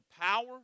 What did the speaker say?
power